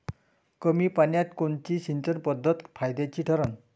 कमी पान्यात कोनची सिंचन पद्धत फायद्याची ठरन?